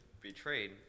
betrayed